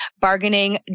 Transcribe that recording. bargaining